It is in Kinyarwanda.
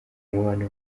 mubano